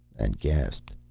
and gasped.